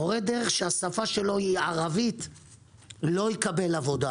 מורה דרך שהשפה שלו היא ערבית לא יקבל עבודה.